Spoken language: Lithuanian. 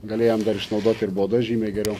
galėjom dar išnaudoti ir baudas žymiai geriau